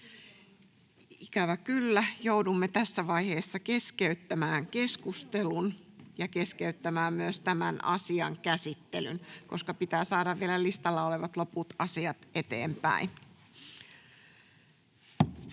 Ikävä kyllä joudumme tässä vaiheessa keskeyttämään keskustelun ja keskeyttämään myös tämän asian käsittelyn, koska pitää saada vielä listalla olevat loput asiat eteenpäin.